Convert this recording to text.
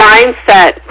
Mindset